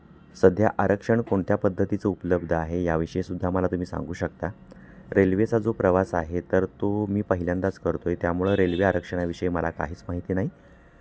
सध्या आरक्षण कोणत्या पद्धतीचं उपलब्ध आहे याविषयीसुद्धा मला तुम्ही सांगू शकता रेल्वेचा जो प्रवास आहे तर तो मी पहिल्यांदाच करतो आहे त्यामुळं रेल्वे आरक्षणाविषयी मला काहीच माहिती नाही